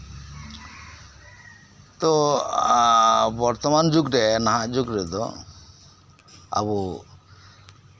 ᱛᱚ ᱵᱚᱨᱛᱚᱢᱟᱱ ᱡᱩᱜᱽ ᱨᱮ ᱱᱟᱦᱟᱜ ᱡᱩᱜᱽ ᱨᱮᱫᱚ ᱟᱵᱚ